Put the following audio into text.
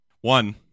One